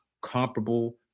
comparable